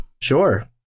Sure